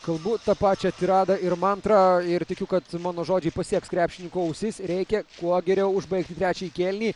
kalbu tą pačią tiradą ir man tra ir tikiu kad mano žodžiai pasieks krepšininkų ausis reikia kuo geriau užbaigti trečiąjį kėlinį